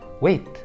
Wait